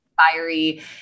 fiery